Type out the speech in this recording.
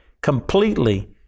completely